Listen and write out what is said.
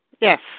Yes